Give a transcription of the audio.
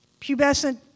pubescent